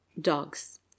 Dogs